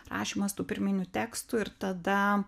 rašymas tų pirminių tekstų ir tada